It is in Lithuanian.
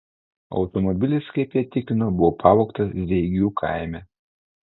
automobilis kaip jie tikino buvo pavogtas zeigių kaime